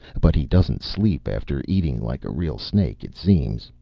but he doesn't sleep after eating, like a real snake, it seems.